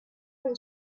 from